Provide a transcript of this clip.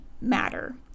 matter